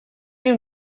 you